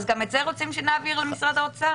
אז גם את זה רוצים שנעביר למשרד האוצר?